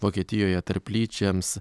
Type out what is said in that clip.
vokietijoje tarplyčiams